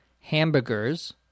hamburgers